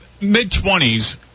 mid-twenties